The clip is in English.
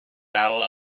battle